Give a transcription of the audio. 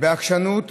בעקשנות